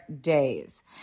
days